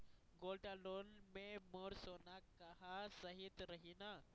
Gold loan मे मोर सोना हा सइत रही न?